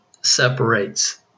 separates